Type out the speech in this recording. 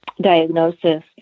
diagnosis